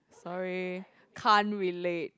sorry can't relate